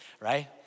Right